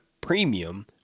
premium